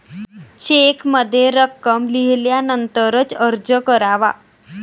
चेकमध्ये रक्कम लिहिल्यानंतरच अर्ज करावा